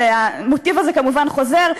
שהמוטיב הזה כמובן חוזר.